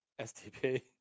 STP